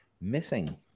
Missing